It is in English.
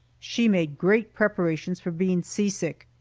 she made great preparations for being seasick,